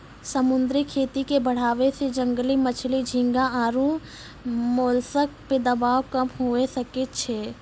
समुद्री खेती के बढ़ाबै से जंगली मछली, झींगा आरु मोलस्क पे दबाब कम हुये सकै छै